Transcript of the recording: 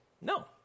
No